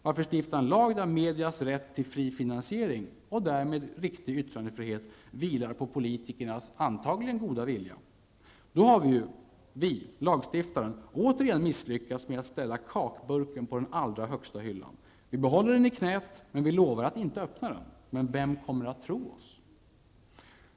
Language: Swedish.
Varför stifta en lag där mediernas rätt till fri finansiering och -- därmed riktig yttrandefrihet -- vilar på politikernas antagligen goda vilja? Då har ju vi -- lagstiftaren -- åter misslyckats med att ställa kakburken på den allra högsta hyllan. Vi behåller den i knät, men lovar att inte öppna den. Vem kommer att tro oss?